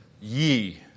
Ye